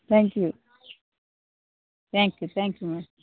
thank you thank you தேங்க்யூங்க